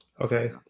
Okay